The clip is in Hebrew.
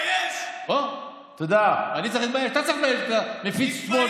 בוא תראה מה אנחנו מקבלים,